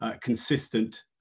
consistent